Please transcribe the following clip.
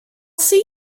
see